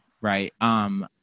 right